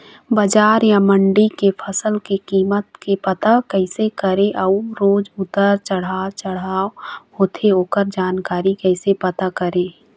बजार या मंडी के फसल के कीमत के पता कैसे करें अऊ रोज उतर चढ़व चढ़व होथे ओकर जानकारी कैसे पता करें?